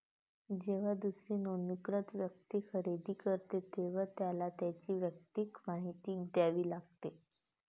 जेव्हा दुसरी नोंदणीकृत व्यक्ती खरेदी करते, तेव्हा त्याला त्याची वैयक्तिक माहिती द्यावी लागते